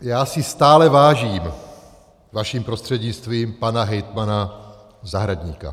Já si stále vážím vaším prostřednictvím pana hejtmana Zahradníka.